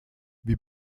wir